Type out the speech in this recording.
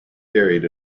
carried